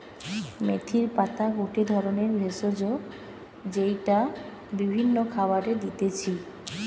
মেথির পাতা গটে ধরণের ভেষজ যেইটা বিভিন্ন খাবারে দিতেছি